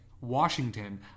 Washington